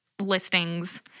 listings